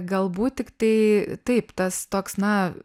galbūt tiktai taip tas toks na